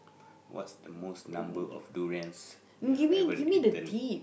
what's the most number of durian you have ever eaten